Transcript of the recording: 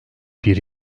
bir